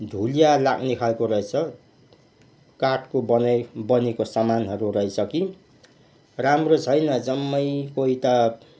धुलिया लाग्ने खालको रहेछ काठको बने बनेको सामानहरू रहेछ कि राम्रो छैन जम्मै कोही त